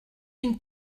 une